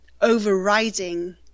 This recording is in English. overriding